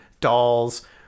Dolls